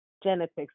genetics